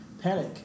panic